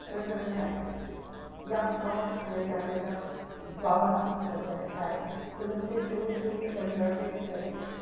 seater ठाहे ॾींदी हुअसि यां फ्रोक नंढा नंढा बाबासूट वग़ैरह ठाहे उन्हनि ते सुहिणियूं सुहिणियूं एम्ब्रोएडिरी करे